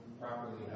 properly